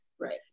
right